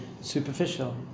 superficial